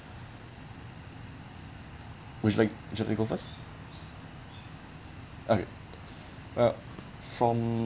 would you like would you like to go first okay well from